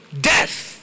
death